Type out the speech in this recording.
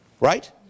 Right